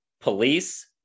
police